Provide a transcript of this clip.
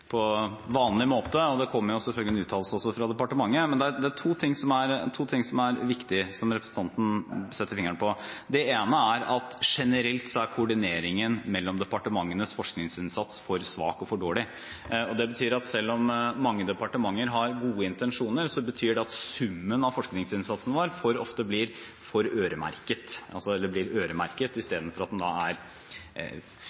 vanlig måte, og det kommer selvfølgelig også en uttalelse fra departementet, men det er to ting som er viktig, som representanten setter fingeren på. Det ene er at koordineringen mellom departementenes forskningsinnsats generelt er for svak og for dårlig, og selv om mange departementer har gode intensjoner, betyr det at summen av forskningsinnsatsen vår for ofte blir øremerket i stedet for